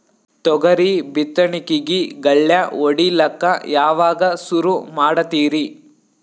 ತೊಗರಿ ಬಿತ್ತಣಿಕಿಗಿ ಗಳ್ಯಾ ಹೋಡಿಲಕ್ಕ ಯಾವಾಗ ಸುರು ಮಾಡತೀರಿ?